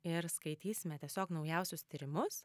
ir skaitysime tiesiog naujausius tyrimus